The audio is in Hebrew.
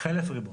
חלף ריבון.